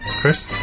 Chris